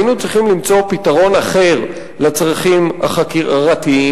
היינו חייבים למצוא פתרון אחר לצרכים החקיקתיים,